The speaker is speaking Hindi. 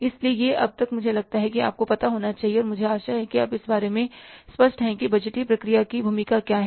इसलिए यह अब तक मुझे लगता है कि आपको पता होना चाहिए मुझे आशा है कि आप इस बारे में स्पष्ट हैं कि बजटीय प्रक्रिया की भूमिका क्या है